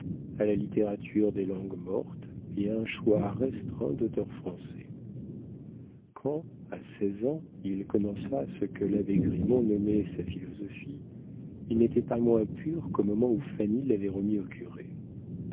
à la littérature des langues mortes et à un choix restreint d'auteurs français quand à seize ans il commença ce que l'abbé grimont nommait sa philosophie il n'était pas moins pur qu'au moment où fanny l'avait remis au curé